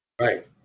Right